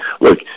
Look